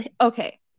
Okay